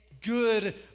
good